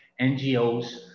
NGOs